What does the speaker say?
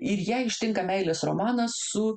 ir ją ištinka meilės romanas su